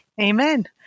Amen